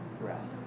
rest